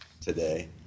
today